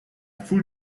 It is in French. foule